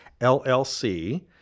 LLC